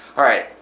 alright,